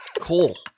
Cool